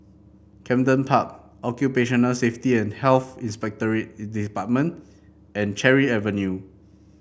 Camden Park Occupational Safety and Health Inspectorate Department and Cherry Avenue